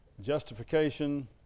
justification